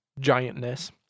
giantness